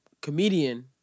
comedian